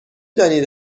دانید